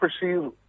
perceive